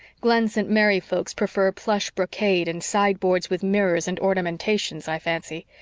glen st. mary folks prefer plush brocade and sideboards with mirrors and ornamentations, i fancy.